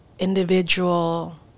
individual